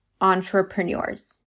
entrepreneurs